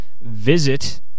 Visit